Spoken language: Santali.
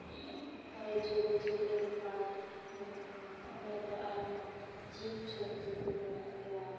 ᱟᱨ ᱡᱩᱞᱳᱡᱤᱠᱮᱞ ᱯᱟᱨᱠ ᱢᱤᱱᱟᱜᱼᱟ ᱚᱸᱰᱮ ᱫᱚ ᱟᱭᱢᱟ ᱡᱤᱵᱽ ᱡᱚᱱᱛᱩ ᱠᱩ ᱢᱮᱱᱟ ᱠᱚᱣᱟ